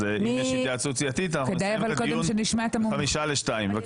אז אם יש התייעצות סיעתית אנחנו נסיים את הדיון בחמישה לשתיים.